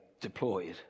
deployed